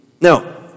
Now